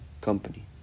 company